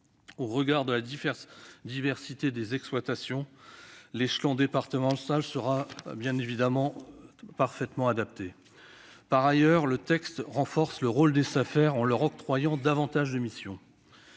Au regard de la diversité des exploitations, l'échelon départemental sera parfaitement adapté. Par ailleurs, le texte renforce le rôle des Safer en leur octroyant davantage de missions.